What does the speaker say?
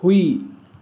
ꯍꯨꯏ